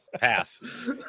Pass